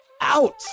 out